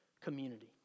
community